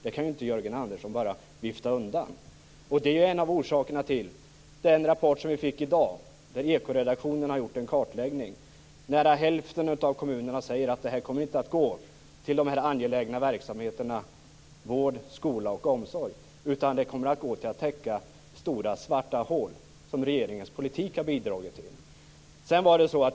Detta kan Jörgen Andersson inte bara vifta undan. Det är en av orsakerna till den rapport som vi fick i dag. Ekoredaktionen har gjort en kartläggning, som visar att nära hälften av kommunerna säger att detta inte kommer att gå till de angelägna verksamheterna vård, skola och omsorg, utan det kommer att gå till att täcka stora svarta hål, som regeringens politik har bidragit till.